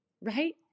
right